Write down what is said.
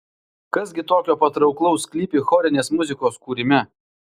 kas gi tokio patrauklaus slypi chorinės muzikos kūrime